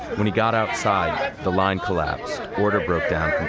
when he got outside the line collapsed, order broke down